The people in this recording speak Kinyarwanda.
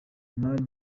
imari